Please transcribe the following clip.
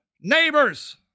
neighbors